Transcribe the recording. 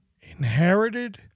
inherited